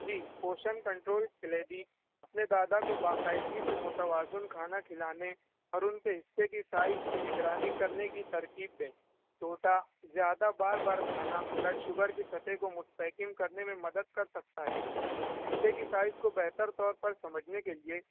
جی portion control کلیدی اپنے دادا کو باقاعدگی سے متوازن کھانا کھلانے اور ان کے حصہ کے سائز کی نگرانی کرنے کی ترکیب دیں چھوٹا زیادہ بار بار کھانا بلڈ شوگر کی سطح کو مستحکم کرنے میں مدد کر سکتا ہے حصے کی سائز کو بہتر طور پر سمجھنے کے لیے